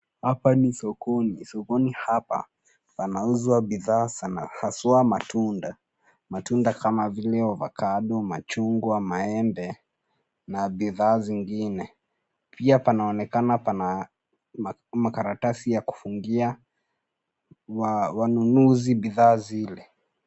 Hapa ni sokoni. Sokoni hapa panauzwa bidhaa haswa matunda. Matunda kama vile avocado , machungwa, maembe na bidhaa zingine. Pia panaonekana pana makaratasi ya kufungia wanunuzi bidhaa zile.